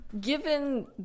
given